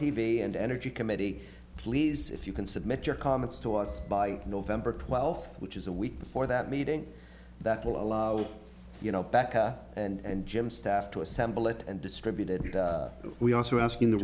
v and energy committee please if you can submit your comments to us by november twelfth which is a week before that meeting that will allow you know baca and jim staff to assemble it and distributed we also asking the